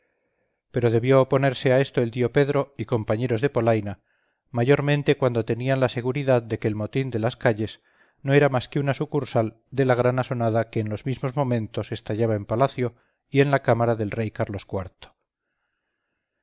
pero debió oponerse a esto el tío pedro y compañeros de polaina mayormente cuando tenían la seguridad de que el motín de las calles no era más que una sucursal de la gran asonada que en los mismos momentos estallaba en palacio y en la cámara del rey carlos